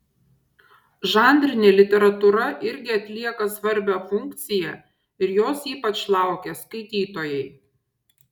žanrinė literatūra irgi atlieka svarbią funkciją ir jos ypač laukia skaitytojai